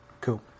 cool